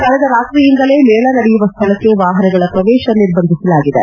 ಕಳೆದ ರಾತ್ರಿಯಿಂದಲೇ ಮೇಳ ನಡೆಯುವ ಸ್ಥಳಕ್ಕೆ ವಾಹನಗಳ ಪ್ರವೇಶ ನಿರ್ಬಂಧಿಸಲಾಗಿದೆ